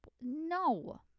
no